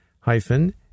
hyphen